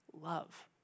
love